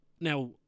now